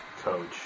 coach